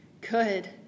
Good